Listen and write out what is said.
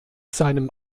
seinem